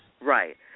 Right